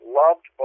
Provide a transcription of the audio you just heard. loved